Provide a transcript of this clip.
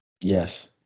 Yes